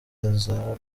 izinga